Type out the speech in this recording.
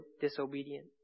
disobedient